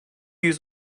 yüz